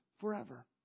forever